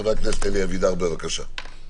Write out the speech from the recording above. חבר הכנסת אלי אבידר, בבקשה.